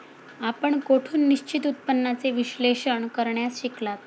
आपण कोठून निश्चित उत्पन्नाचे विश्लेषण करण्यास शिकलात?